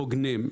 הוגנים,